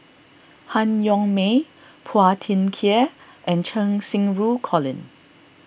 Han Yong May Phua Thin Kiay and Cheng Xinru Colin